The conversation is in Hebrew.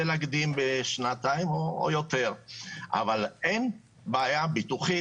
להקדים בשנתיים או יותר אבל אין בעיה ביטוחית,